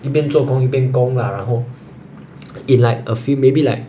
一边做工一边供啦然后 in like a few maybe like